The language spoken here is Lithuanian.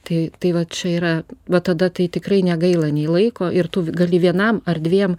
tai tai va čia yra va tada tai tikrai negaila nei laiko ir tu gali vienam ar dviem